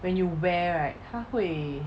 when you wear right 它会